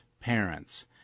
parents